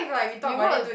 you gonna